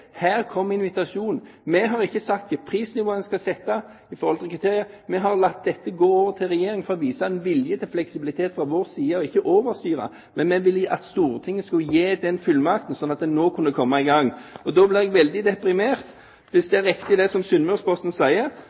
Her kom invitasjonen. Når det gjelder kriterier, har vi ikke sagt hvilket prisnivå en skal sette. Vi har latt dette gå over til Regjeringen for å vise vilje til fleksibilitet fra vår side og ikke overstyre. Men vi ville at Stortinget skulle gi fullmakten, slik at en nå kunne komme i gang. Da blir jeg veldig deprimert hvis det er riktig, det som Sunnmørsposten sier,